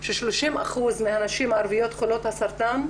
ש-30% מהנשים הערביות חולות הסרטן,